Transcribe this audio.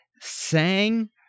Sang